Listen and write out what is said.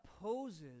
opposes